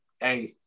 hey